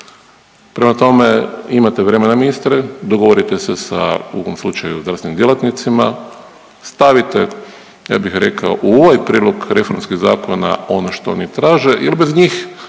Prema tome, imate vremena ministre, dogovorite se u ovom slučaju zdravstvenim djelatnicima, stavite, ja bih rekao u ovaj prijedlog reformskih zakona ono što oni traže jel bez njih